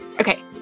Okay